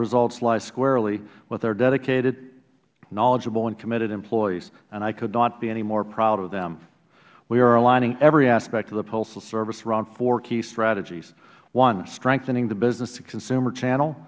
results lie squarely with our dedicated knowledgeable and committed employees and i could not be any more proud of them we are aligning every aspect of the postal service around four key strategies one strengthening the business consumer channel